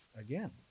again